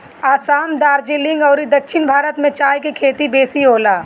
असाम, दार्जलिंग अउरी दक्षिण भारत में चाय के खेती बेसी होला